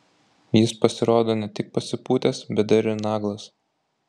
jis pasirodo ne tik pasipūtęs bet dar ir naglas